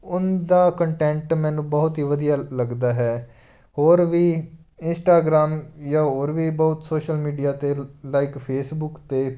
ਉਹਦਾ ਕੰਟੈਂਟ ਮੈਨੂੰ ਬਹੁਤ ਹੀ ਵਧੀਆ ਲੱਗਦਾ ਹੈ ਹੋਰ ਵੀ ਇੰਸਟਾਗਰਾਮ ਜਾਂ ਹੋਰ ਵੀ ਬਹੁਤ ਸੋਸ਼ਲ ਮੀਡੀਆ 'ਤੇ ਲਾਈਕ ਫੇਸਬੁਕ 'ਤੇ